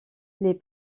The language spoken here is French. les